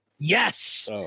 Yes